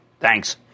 Thanks